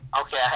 Okay